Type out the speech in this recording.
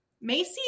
Macy